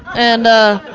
and ah.